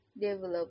develop